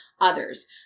others